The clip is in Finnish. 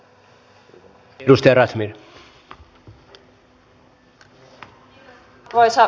arvoisa puhemies